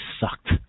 sucked